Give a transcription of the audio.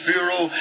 Bureau